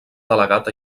delegat